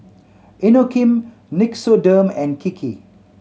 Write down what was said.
Inokim Nixoderm and Kiki